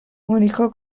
مونیکا